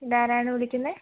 ഇതാരാണ് വിളിക്കുന്നത്